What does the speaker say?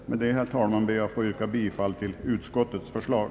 Med detta, herr talman, ber jag att få yrka bifall till utskottets förslag.